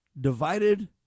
Divided